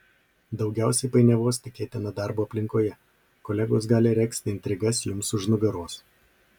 daugiausiai painiavos tikėtina darbo aplinkoje kolegos gali regzti intrigas jums už nugaros